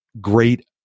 great